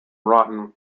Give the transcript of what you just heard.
rotten